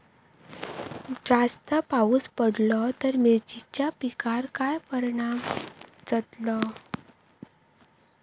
जास्त पाऊस पडलो तर मिरचीच्या पिकार काय परणाम जतालो?